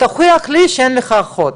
כמו להוכיח שאין לך אחות,